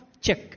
check